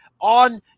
on